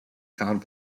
found